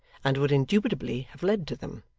and would indubitably have led to them,